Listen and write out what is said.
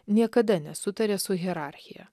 niekada nesutarė su hierarchija